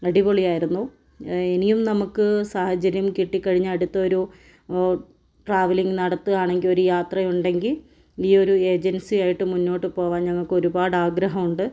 അടിപൊളിയായിരുന്നു ഇനിയും നമുക്ക് സാഹചര്യം കിട്ടിക്കഴിഞ്ഞാൽ അടുത്ത ഒരു ട്രാവല്ലിംഗ് നടത്തുകയാണെങ്കിൽ ഒരു യാത്ര ഉണ്ടെങ്കിൽ ഈ ഒരു ഏജൻസിയായിട്ട് മുന്നോട്ട് പോവാൻ ഞങ്ങൾക്കൊരുപാട് ആഗ്രഹമുണ്ട്